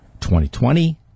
2020